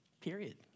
period